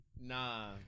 nah